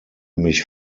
mich